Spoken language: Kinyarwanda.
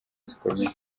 zikomeye